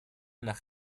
nach